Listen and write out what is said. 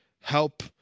help